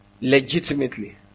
Legitimately